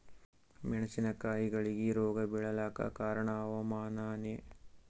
ಮೆಣಸಿನ ಕಾಯಿಗಳಿಗಿ ರೋಗ ಬಿಳಲಾಕ ಕಾರಣ ಹವಾಮಾನನೇ?